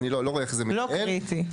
לא קריטי.